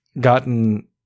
gotten